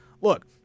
look